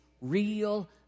real